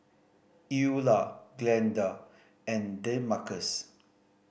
Eula Glenda and Demarcus